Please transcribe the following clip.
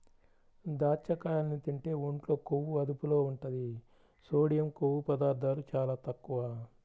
దాచ్చకాయల్ని తింటే ఒంట్లో కొవ్వు అదుపులో ఉంటది, సోడియం, కొవ్వు పదార్ధాలు చాలా తక్కువ